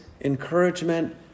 encouragement